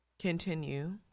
continue